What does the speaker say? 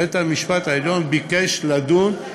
בית-המשפט העליון ביקש לדון,